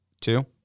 two